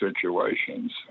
situations